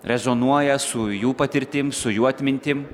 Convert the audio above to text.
rezonuoja su jų patirtim su jų atmintim